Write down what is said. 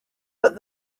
but